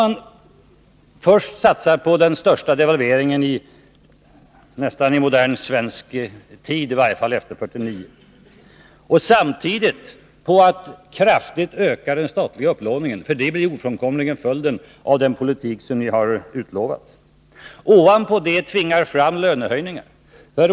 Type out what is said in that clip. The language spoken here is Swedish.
Ni satsar på den största devalveringen i modern tid — i varje fall efter 1949 — och samtidigt på en kraftig ökning av den statliga upplåningen, för det blir ofrånkomligen följden av den politik som ni har utlovat. Sedan tvingas det fram lönehöjningar.